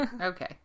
Okay